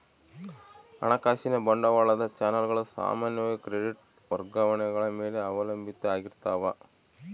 ಹಣಕಾಸಿನ ಬಂಡವಾಳದ ಚಲನ್ ಗಳು ಸಾಮಾನ್ಯವಾಗಿ ಕ್ರೆಡಿಟ್ ವರ್ಗಾವಣೆಗಳ ಮೇಲೆ ಅವಲಂಬಿತ ಆಗಿರ್ತಾವ